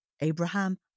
Abraham